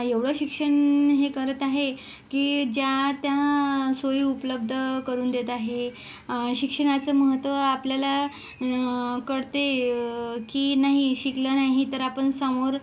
एवढं शिक्षण हे करत आहे की ज्या त्या सोई उपलब्ध करून देत आहे शिक्षणाचं महत्त्व आपल्याला कळते की नाही शिकलं नाही तर आपण समोर